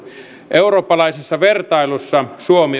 eurooppalaisessa vertailussa suomi on kärjessä